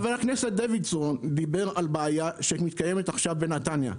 חבר הכנסת דוידסון דיבר על בעיה שקיימת עכשיו בנתניה,